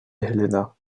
helena